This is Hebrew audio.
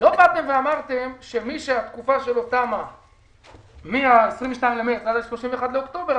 לא באתם ואמרתם שמי שהתקופה שלו תמה מה-22 במארס עד ה-31 באוקטובר,